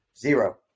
zero